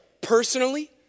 Personally